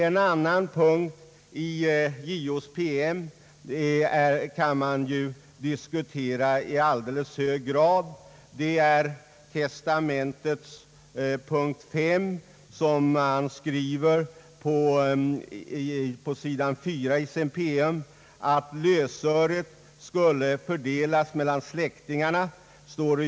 En annan punkt i JO:s promemoria kan i särskilt hög grad diskuteras. Det gäller testamentets punkt 5 som behandlas på s. 4 i promemorian. I testamentet står det att lösöret skulle fördelas mellan släktingarna.